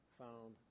found